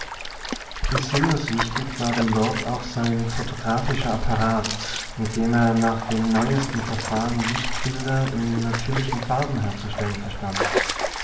besonders wichtig war dem lord auch sein photographischer apparat mit dem er nach dem neuesten verfahren lichtbilder in natürlichen farben herzustellen verstand